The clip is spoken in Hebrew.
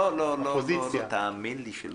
לא, תאמין לי שלא.